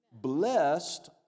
Blessed